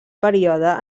període